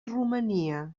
romania